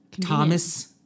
Thomas